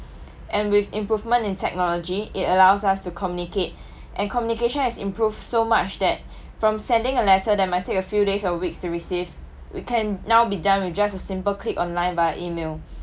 and with improvement in technology it allows us to communicate and communication has improved so much that from sending a letter that might take a few days or weeks to receive we can now be done with just a simple click online by email